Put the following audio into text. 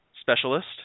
specialist